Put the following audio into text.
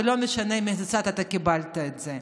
ולא משנה מאיזה צד אתה קיבלת את זה.